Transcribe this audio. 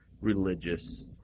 religious